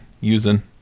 using